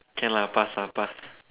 can lah pass ah pass